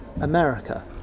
America